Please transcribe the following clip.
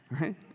right